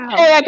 Hey